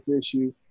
issue